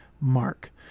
mark